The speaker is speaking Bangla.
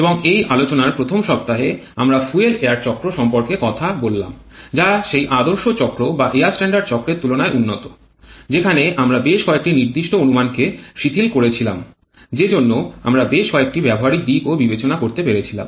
এখন এই আলোচনার প্রথম সপ্তাহে আমরা ফুয়েল এয়ার চক্র সম্পর্কে কথা বললাম যা সেই আদর্শ চক্র বা এয়ার স্ট্যান্ডার্ড চক্রের তুলনায় উন্নত যেখানে আমরা বেশ কয়েকটি নির্দিষ্ট অনুমানকে শিথিল করেছিলাম যেজন্য আমারা বেশ কয়েকটি ব্যবহারিক দিকও বিবেচনা করতে পেরেছিলাম